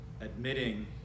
admitting